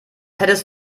hättest